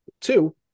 Two